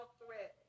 threat